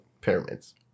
pyramids